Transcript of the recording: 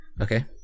Okay